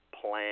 Plan